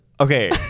Okay